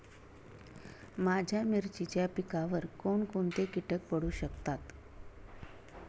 माझ्या मिरचीच्या पिकावर कोण कोणते कीटक पडू शकतात?